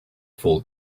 full